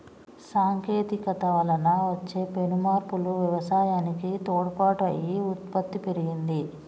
సాంకేతికత వలన వచ్చే పెను మార్పులు వ్యవసాయానికి తోడ్పాటు అయి ఉత్పత్తి పెరిగింది